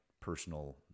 personal